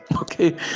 okay